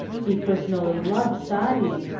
he personally loved saadi,